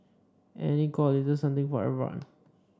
and it's got a little something for everyone